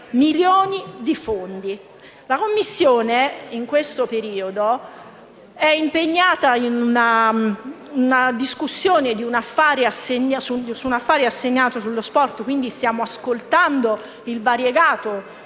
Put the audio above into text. milioni di fondi. La Commissione, in questo periodo, è impegnata in una discussione su un affare assegnato sullo sport, quindi stiamo ascoltando il variegato